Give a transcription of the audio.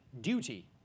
duty